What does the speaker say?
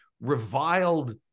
reviled